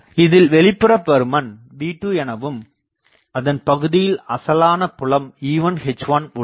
இதில் வெளிப்புற பருமன் V2 எனவும் அதன் பகுதியில் அசலான புலம் E1 H1 உள்ளது